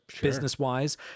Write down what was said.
business-wise